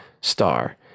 star